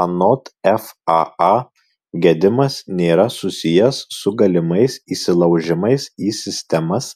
anot faa gedimas nėra susijęs su galimais įsilaužimais į sistemas